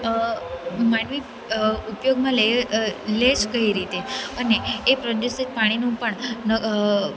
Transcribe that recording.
માનવી ઉપયોગમાં લે લે જ કઈ રીતે અને એ પ્રદૂષિત પાણીનું પણ